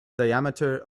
diameter